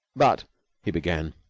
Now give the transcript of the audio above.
but he began.